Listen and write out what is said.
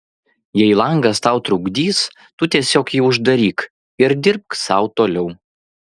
jei langas tau trukdys tu tiesiog jį uždaryk ir dirbk sau toliau